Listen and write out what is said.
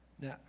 Now